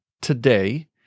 today